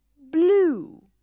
blue